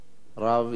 בבקשה, אדוני,